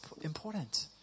important